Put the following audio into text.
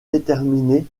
déterminée